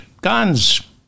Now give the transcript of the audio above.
guns